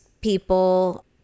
people